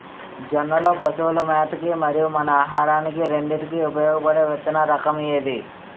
జొన్నలు లో పశువుల మేత కి మరియు మన ఆహారానికి రెండింటికి ఉపయోగపడే విత్తన రకం ఏది?